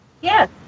Yes